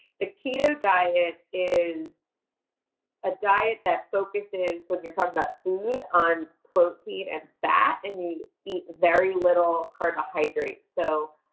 the keto diet is a diet that focuses, when you're talking about food, on protein and fat, and you eat very very little carbohydrates. so,